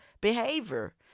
behavior